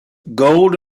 gold